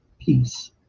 peace